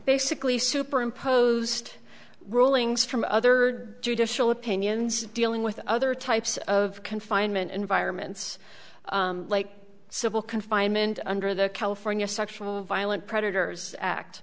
basically super imposed rulings from other judicial opinions dealing with other types of confinement environments like civil confinement under the california sexual violent predators act